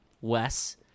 Wes